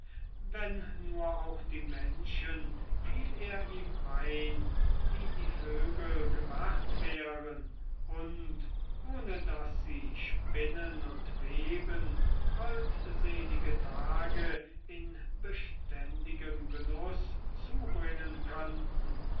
wenn nur auch die men schen fiel er ihm ein wie die vögel gemacht wären und ohne daß sie spinnen und weben holdselige tage in beständigem genuß zubringen könnten